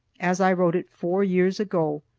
as i wrote it four years ago,